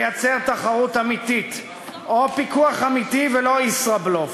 לייצר תחרות אמיתית או פיקוח אמיתי, ולא ישראבלוף.